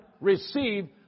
receive